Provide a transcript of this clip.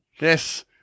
Yes